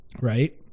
Right